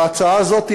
וההצעה הזאת,